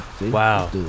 Wow